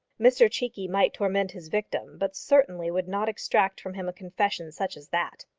mr cheekey might torment his victim, but certainly would not extract from him a confession such as that.